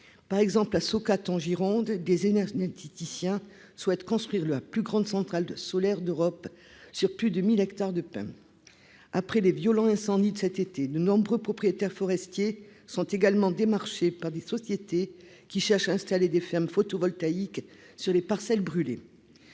par exemple, la Soka Gironde des énergies Titi siens souhaite construire la plus grande centrale de solaire d'Europe sur plus de 1000 hectares de pins après les violents incendies de cet été, de nombreux propriétaires forestiers sont également démarchés par des sociétés qui cherche, installer des fermes photovoltaïques sur les parcelles brûlées,